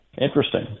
interesting